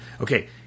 Okay